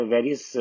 Various